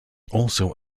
also